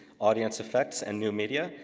audience effects, and new media,